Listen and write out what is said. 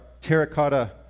terracotta